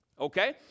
okay